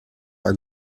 are